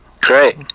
Great